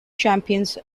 champions